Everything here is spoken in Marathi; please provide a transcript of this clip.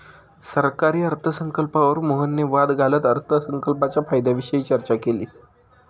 सरकारी अर्थसंकल्पावर मोहनने वाद घालत अर्थसंकल्पाच्या फायद्यांविषयी चर्चा केली